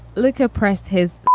luka pressed his